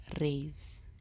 raise